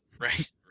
right